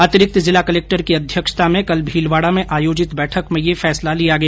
अतिरिक्त जिला कलक्टर की अध्यक्षता में कल भीलवाडा में आयोजित बैठक में यह फैसला लिया गया